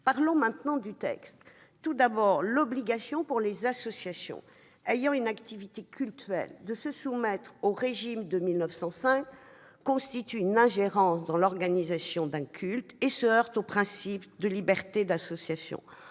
Parlons maintenant du texte. Instaurer l'obligation, pour les associations ayant une activité cultuelle de se soumettre au régime de 1905, constitue une ingérence dans l'organisation d'un culte et se heurte au principe de liberté d'association.